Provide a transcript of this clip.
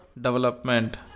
Development